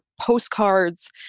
postcards